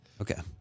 Okay